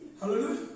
Hallelujah